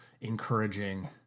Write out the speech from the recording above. encouraging